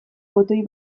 botoi